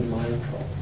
mindful